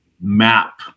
map